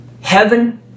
heaven